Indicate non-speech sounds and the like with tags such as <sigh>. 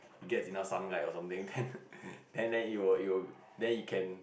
it get enough sunlight or something then <laughs> then then it will it will then it can